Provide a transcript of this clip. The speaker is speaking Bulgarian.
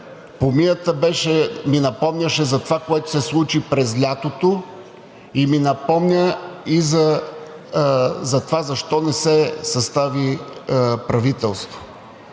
Помията ми напомняше за това, което се случи през лятото, и ми напомня и за това защо не се състави правителство.